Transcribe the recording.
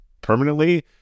permanently